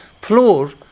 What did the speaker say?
floor